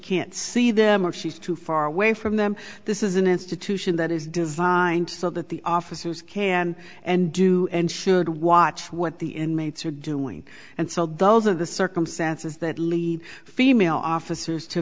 can't see the if she's too far away from them this is an institution that is designed so that the officers can and do and should watch what the inmates are doing and so those are the circumstances that lead female officers to